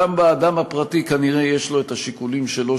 גם לאדם הפרטי כנראה יש השיקולים שלו,